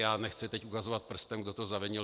Já teď nechci ukazovat prstem, kdo to zavinil.